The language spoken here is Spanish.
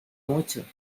mucho